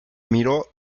miró